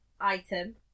item